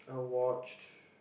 I watched